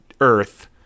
earth